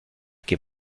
que